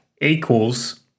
equals